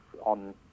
on